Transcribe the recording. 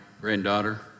granddaughter